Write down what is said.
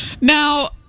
Now